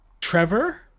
Trevor